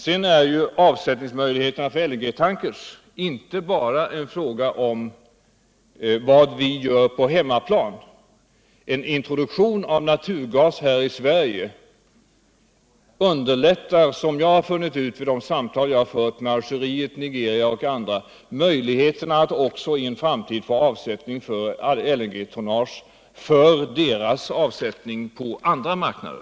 Sedan är avsättningsmöjligheterna för LNG-tankers inte bara en fråga om vad vi gör på hemmaplan. En introduktion av naturgas här i Sverige underlättar — vilket jag funnit vid de samtal jag har fört med Algeriet, Nigeria och andra länder —- möjligheterna att också i en framtid kunna begagna LNG tonnage för leverantörsländernas avsättning på andra marknader.